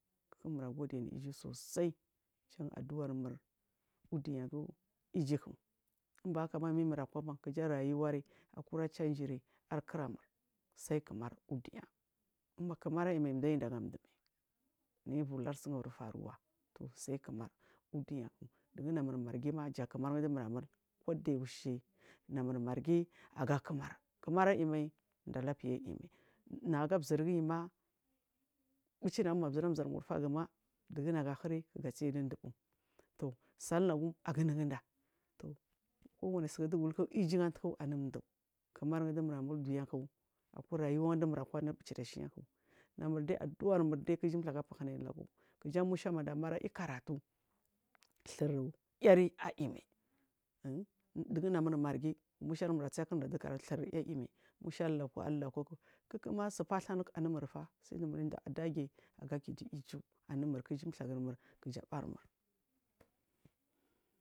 Sai mura gode anu iju sosai jan a duarmur uduniyagu ijuk inba hakaba min namura kwa ban kija rayuwari akura changiri arkiramul sai kimar u duniya kuma kimar aiyimai dai dagan dumai niyibur lur sun ibur faruwa saikimar u duniya dugu namur margima ja kimar dumura mul kudayaushe namur margi aga kimar. Kimar aiymai dar labfaiya aiyimai naga zirgiyi ma bucinagu mazir amzan wudufagum a dugu naga hiriga tsiyi dun duɓu tusal unagum aga nugunda tu kuw anisuk dugu luk iju antuku anun duu kimar dumura mul uduniyaku akurayu dumurakwa anubucira shiya namurɗe aduarmude ki ijithirgu afahinai lagu kije musha mur damai ayukaratu third airi aimai in dugunamur margi mushar mur a sakirda dukaratu thir iay imai musha alu lauku alu lauku kiku ma sifadhu anumurfa sai dumurdage agakidu iju anumur ki iju dhagumur kija barmur.